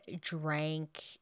drank